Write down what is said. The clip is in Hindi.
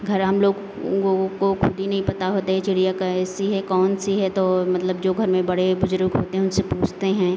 घर हम लोग वो को खुद ही नहीं पता होती है ये चिड़िया कैसी है कौन सी है तो मतलब जो घर में बड़े बुजुर्ग होते हैं उनके पूछते हैं